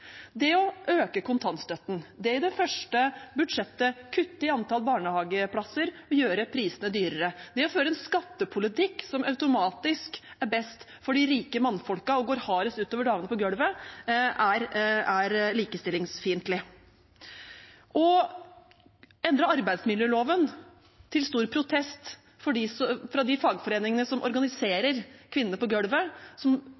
Det å øke kontantstøtten, det i det første budsjettet å kutte i antall barnehageplasser og gjøre prisene høyere, det å føre en skattepolitikk som automatisk er best for de rike mannfolka og går hardest ut over damene på «gølvet», er likestillingsfiendtlig. Å endre arbeidsmiljøloven, til stor protest fra de fagforeningene som organiserer kvinnene på «gølvet», som